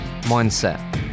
mindset